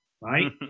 right